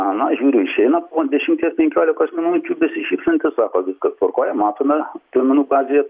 na žiūriu išeina po dešimties penkiolikos minučių besišypsantys sako viskas tvarkoj matome duomenų bazėje